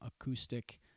acoustic